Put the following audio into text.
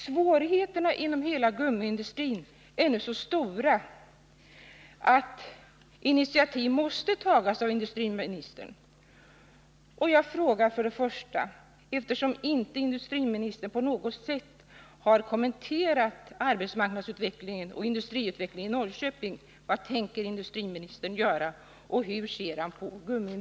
Svårigheterna inom hela gummiindustrin är nu så stora att initiativ måste tas av industriministern.